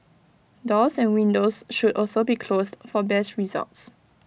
doors and windows should also be closed for best results